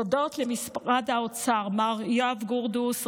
תודות למשרד האוצר: מר יוגב גרדוס,